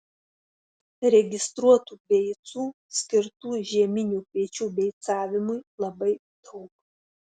registruotų beicų skirtų žieminių kviečių beicavimui labai daug